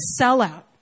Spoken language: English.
sellout